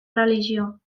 religió